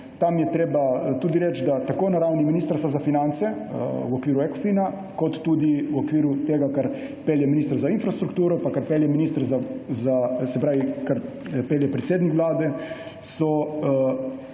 Tam je treba tudi reči, da tako na ravni Ministrstva za finance v okviru Ecofina kot tudi v okviru tega, kar pelje minister za infrastrukturo pa kar pelje predsednik vlade, so